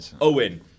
Owen